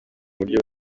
buryo